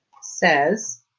says